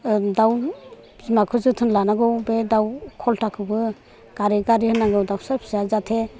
दाउ बिमाखौ जोथोन लानांगौ बे दाउ खलथाखौबो गारै गारै होनांगौ दाउसा फिसाया जाहाथे